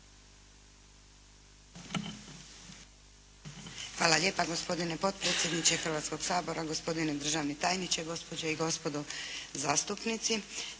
Hvala lijepa gospodine potpredsjedniče Hrvatskog sabora, gospodine državni tajniče, gospođe i gospodo zastupnici.